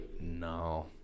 no